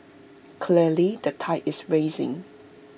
clearly the tide is rising